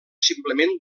simplement